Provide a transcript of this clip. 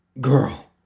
Girl